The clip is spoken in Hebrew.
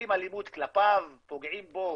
מפעילים אלימות כלפיו, פוגעים בו